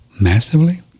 Massively